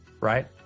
Right